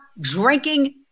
drinking